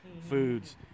foods –